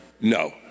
No